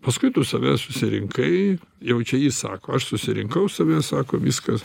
paskui tu save susirinkai jau čia jis sako aš susirinkau save sako viskas